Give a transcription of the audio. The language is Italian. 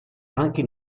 anche